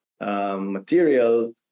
material